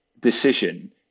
decision